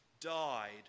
died